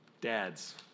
Dads